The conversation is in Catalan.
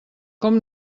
com